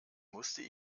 musste